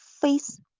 face